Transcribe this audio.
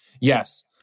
yes